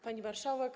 Pani Marszałek!